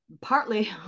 partly